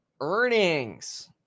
earnings